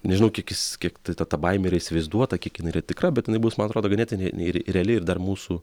nežinau kiek jis kiek ta ta baimė yra įsivaizduota kiek jin yra tikra bet jinai bus man atrodo ganėtinai re reali ir dar mūsų